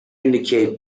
indicate